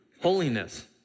holiness